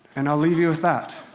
and i'll leave you with that.